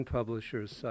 Publishers